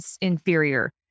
inferior